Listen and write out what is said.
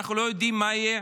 אנחנו לא יודעים מה יהיה